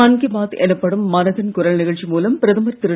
மன் கீ பாத் எனப்படும் மனதின் குரல் நிகழ்ச்சி மூலம் பிரதமர் திரு